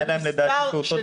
היה להם בצו הקודם פעוטות בחוץ.